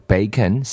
Bacon